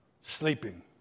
Sleeping